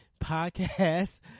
podcast